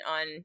on